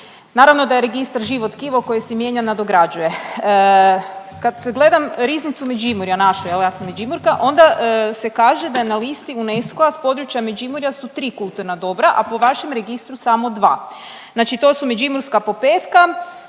Naravno da je registar živo tkivo koje se mijenja i nadograđuje. Kad gledam riznicu Međimurja našu, jel ja sam Međimurka onda se kaže da na listi UNESCO-a s područja Međimurja su tri kulturna dobra, a po vašem registru samo dva. Znači to su međimurska popevka,